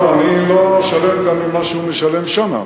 אני לא שלם גם עם מה שהוא משלם שם.